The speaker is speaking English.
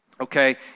Okay